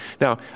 Now